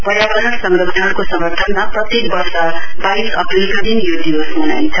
पार्यवरण संरक्षणको समर्थनमा प्रत्येक वर्ष बाइस अप्रेलका दिन यो दिवस मनाइन्छ